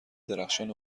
درخشان